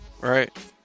right